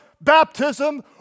baptism